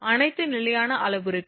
அனைத்து நிலையான அளவுருக்கள்